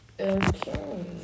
Okay